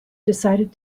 decided